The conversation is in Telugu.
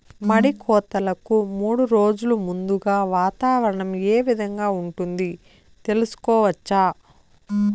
మడి కోతలకు మూడు రోజులు ముందుగా వాతావరణం ఏ విధంగా ఉంటుంది, తెలుసుకోవచ్చా?